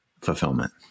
fulfillment